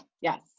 yes